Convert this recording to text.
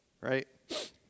right